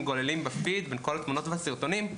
גוללים ב"פיד" בין כל התמונות והסרטונים,